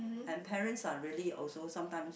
and parents are really also sometimes